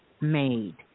made